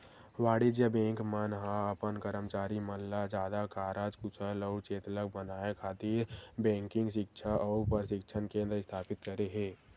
वाणिज्य बेंक मन ह अपन करमचारी मन ल जादा कारज कुसल अउ चेतलग बनाए खातिर बेंकिग सिक्छा अउ परसिक्छन केंद्र इस्थापित करे हे